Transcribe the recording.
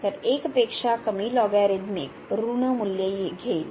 तर 1 पेक्षा कमी लोगरिथमिक ऋण मूल्य घेईल